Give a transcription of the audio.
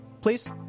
please